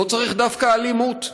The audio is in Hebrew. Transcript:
לא צריך דווקא אלימות,